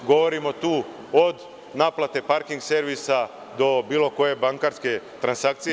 Govorimo tu od naplate parking servisa do bilo koje bankarske transakcije.